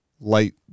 light